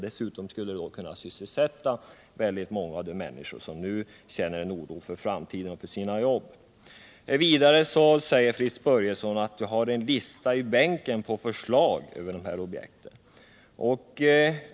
Dessutom skulle det kunna sysselsätta väldigt många av de människor som nu känner oro för framtiden och för sina jobb. Vidare säger Fritz Börjesson att han i bänken har en lista på förslag över de här objekten.